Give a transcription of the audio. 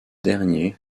dernier